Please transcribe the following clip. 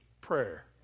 prayer